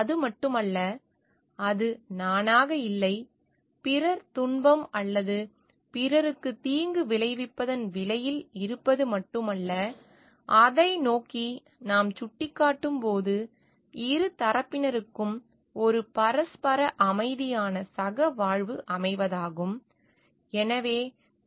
அது மட்டுமல்ல அது நானாக இல்லை பிறர் துன்பம் அல்லது பிறருக்குத் தீங்கு விளைவிப்பதன் விலையில் இருப்பது மட்டுமல்ல அதை நோக்கி நாம் சுட்டிக்காட்டும்போது இரு தரப்பினருக்கும் ஒரு பரஸ்பர அமைதியான சகவாழ்வு அமைவதாகும்